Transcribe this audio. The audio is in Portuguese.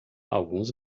alguns